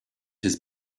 his